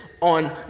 on